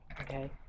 Okay